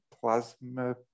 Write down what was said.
plasma